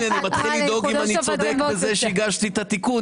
אני מתחיל לדאוג אם אני צודק בזה שהגשתי את התיקון,